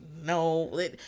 no